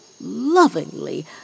lovingly